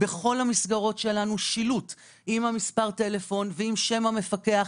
בכל המסגרות שלנו שילוט עם מספר הטלפון ועם שם המפקח.